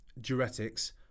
diuretics